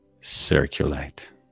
circulate